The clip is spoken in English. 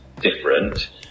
different